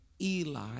Eli